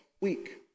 week